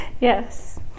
Yes